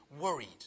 worried